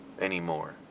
anymore